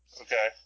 Okay